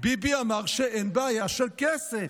ביבי אמר שאין בעיה של כסף.